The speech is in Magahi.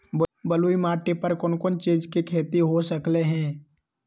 बलुई माटी पर कोन कोन चीज के खेती हो सकलई ह?